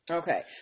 okay